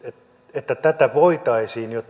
että tätä voitaisiin